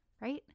right